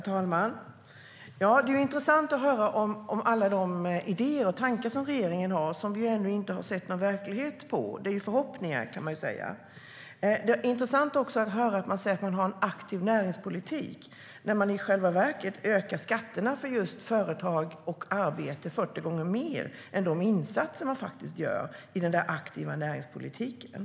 Herr talman! Det är intressant att höra regeringens alla idéer och tankar som ännu inte har blivit verklighet. Man kan säga att det är förhoppningar. Det är också intressant att höra regeringen säga att man har en aktiv näringspolitik när man i själva verket höjer skatterna på företag och arbete med 40 gånger mer än vad man lägger på insatser i den där aktiva näringspolitiken.